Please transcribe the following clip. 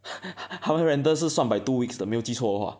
他们的 rental 是算 by two weeks 的没有记错的话